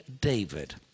David